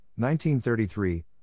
1933